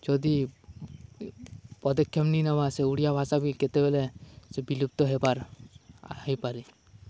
ଯଦି ପଦକ୍ଷେପ ନେଇ ନେବା ସେ ଓଡ଼ିଆ ଭାଷା ବି କେତେବେଲେ ସେ ବିଲୁପ୍ତ ହେବାର୍ ହେଇପାରେ